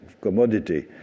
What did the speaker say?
commodity